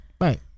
right